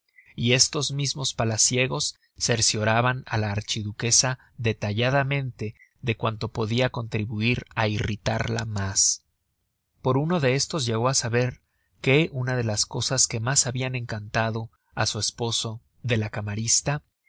y estos mismos palaciegos cercioraban á la archiduquesa detalladamente de cuanto podia contribuir á irritarla mas por uno de estos llegó á saber que una de las cosas que mas habian encantado á su esposo de la camarista